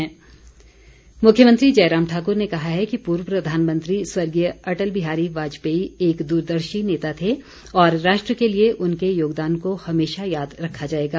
काव्यांजलि मुख्यमंत्री जयराम ठाकुर ने कहा है कि पूर्व प्रधानमंत्री स्वर्गीय अटल बिहारी वाजपेयी एक दूरदर्शी नेता थे और राष्ट्र के लिए उनके योगदान को हमेशा याद रखा जाएगा